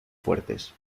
fuertes